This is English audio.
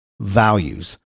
values